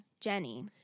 Jenny